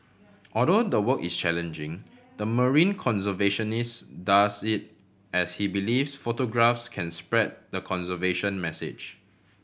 although the work is challenging the marine conservationist does it as he believes photographs can spread the conservation message